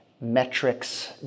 metrics